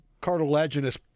cartilaginous